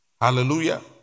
Hallelujah